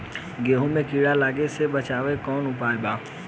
गेहूँ मे कीड़ा लागे से बचावेला कौन उपाय बा?